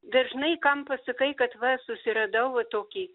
dažnai kam pasakai kad va susiradau va tokį